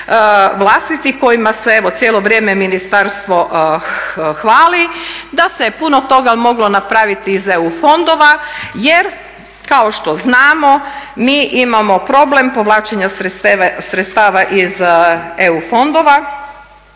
vlastitih kojima se evo cijelo vrijeme ministarstvo hvali, da se puno toga moglo napraviti iz EU fondova jer kao što znamo mi imamo problem povlačenja sredstava iz EU fondova.